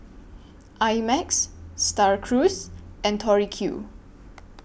I Max STAR Cruise and Tori Q